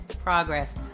progress